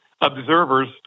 observers